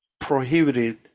prohibited